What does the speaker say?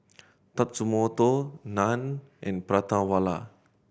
Tatsumoto Nan and Prata Wala